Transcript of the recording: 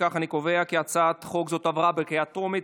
אני קובע כי הצעה זו עברה בקריאה טרומית,